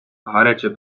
гаряче